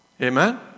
Amen